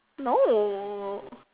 no